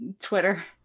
Twitter